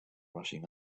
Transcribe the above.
rushing